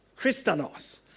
Christanos